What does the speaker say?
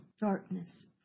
darkness